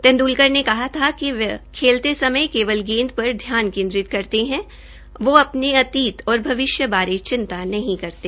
तेंद्लकर ने कहा था कि वह खेलते समय केवल गेंदपर ध्यान केन्द्रित करते है और अपने अतीत भविष्य बारे चिंता नहीं करते